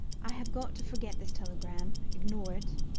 i have got to forget this telegram, ignore it,